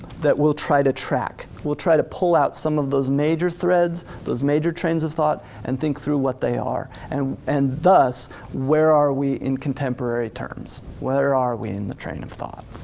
that we'll try to track. we'll try to pull out some of those major threads, those major trains of thought, and think through what they are. and and thus where are we in contemporary terms? where are we in the train of and thought?